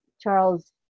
Charles